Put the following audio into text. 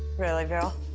really, veeral?